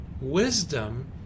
Wisdom